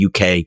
UK